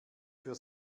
für